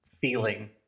feeling